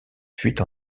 fuite